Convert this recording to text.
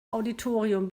auditorium